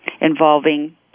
involving